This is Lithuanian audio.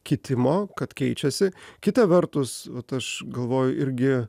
kitimo kad keičiasi kita vertus aš galvoju irgi